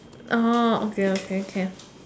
oh okay okay can